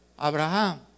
Abraham